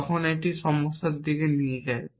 তখন এটি সমস্যার দিকে নিয়ে যায়